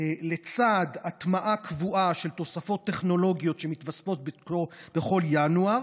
לצד הטמעה קבועה של תוספות טכנולוגיות שמתווספות בכל ינואר,